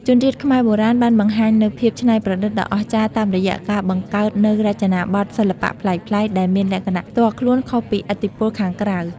ជនជាតិខ្មែរបុរាណបានបង្ហាញនូវភាពច្នៃប្រឌិតដ៏អស្ចារ្យតាមរយៈការបង្កើតនូវរចនាបថសិល្បៈប្លែកៗ ដែលមានលក្ខណៈផ្ទាល់ខ្លួនខុសពីឥទ្ធិពលខាងក្រៅ។